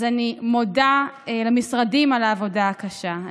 אז אני מודה למשרדים על העבודה הקשה,